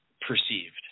perceived